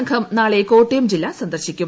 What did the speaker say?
സംഘം നാളെ കോട്ടയം ജില്ല സന്ദർശിക്കും